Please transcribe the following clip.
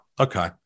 Okay